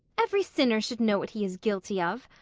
every sinner should know what he is guilty of.